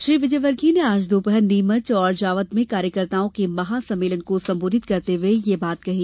श्री विजयवर्गीय ने आज दोपहर नीमच और जावद में कार्यकर्ताओं के महा सम्मेलन को सम्बोधित करते हुए यह बात कही